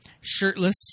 shirtless